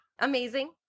Amazing